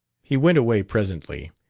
he went away presently,